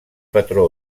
patró